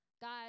Guys